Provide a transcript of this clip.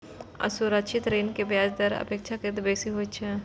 असुरक्षित ऋण के ब्याज दर अपेक्षाकृत बेसी होइ छै